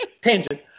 tangent